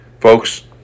folks